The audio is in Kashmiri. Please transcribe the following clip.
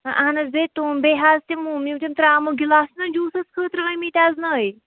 اہن حظ بیٚیہِ تِم بیٚیہِ حظ تِم ہُم یِم تِم ترٛاموٗ گِلاس چھِ نا جوٗسَس خٲطرٕ آمِتۍ اَز نٔوۍ